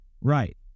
right